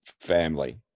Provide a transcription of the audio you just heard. family